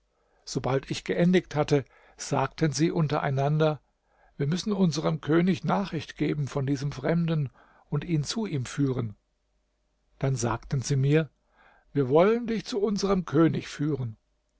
sobald ich geendigt hatte sagten sie untereinander wir müssen unserem könig nachricht geben von diesem fremden und ihn zu ihm führen dann sagten sie mir wir wollen dich zu unserem könig führen